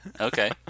Okay